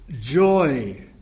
joy